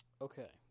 Okay